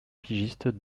pigistes